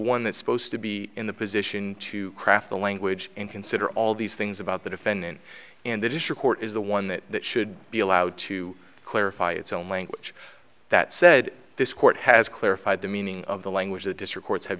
one that's supposed to be in the position to craft the language and consider all these things about the defendant and that issue court is the one that should be allowed to clarify its own language that said this court has clarified the meaning of the language the district courts have